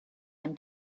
him